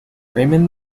raymond